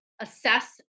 assess